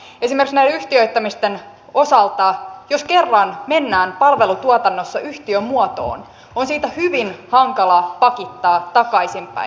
esimerkiksi näiden yhtiöittämisten osalta jos kerran mennään palvelutuotannossa yhtiömuotoon on siitä hyvin hankala pakittaa takaisinpäin